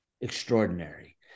extraordinary